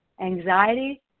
anxiety